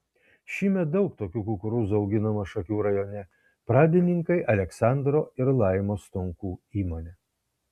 šįmet daug tokių kukurūzų auginama šakių rajone pradininkai aleksandro ir laimos stonkų įmonė